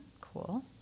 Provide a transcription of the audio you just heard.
cool